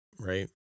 right